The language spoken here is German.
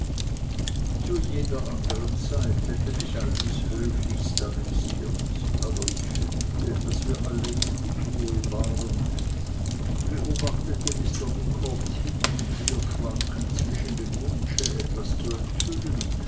zu jeder andern zeit hätte mich all dies höchlichst amüsiert aber ich fühlte daß wir alle in unruhe waren und beobachtete mr micawbers hin und herschwanken zwischen dem wunsche etwas zu enthüllen